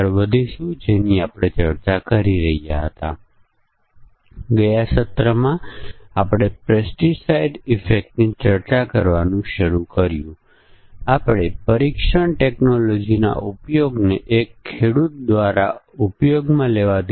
એક વસ્તુ એ છે કે બંને સમકક્ષ વર્ગ પરીક્ષણમાં અને વિશેષ મૂલ્ય પરીક્ષણમાં જ્યારે પરિમાણોની સંખ્યા વધી જાય છે ત્યારે આપણને પરીક્ષણના કેસોની રચના કરવામાં મુશ્કેલી પડે છે